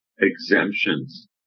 exemptions